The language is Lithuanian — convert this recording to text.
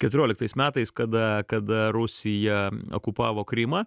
keturioliktais metais kada kada rusija okupavo krymą